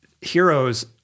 heroes